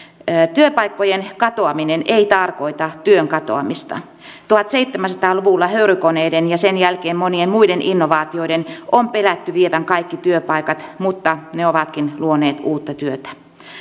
työpaikkojen katoaminen ei tarkoita työn katoamista tuhatseitsemänsataa luvulla höyrykoneiden ja sen jälkeen monien muiden innovaatioiden on pelätty vievän kaikki työpaikat mutta ne ovatkin luoneet uutta työtä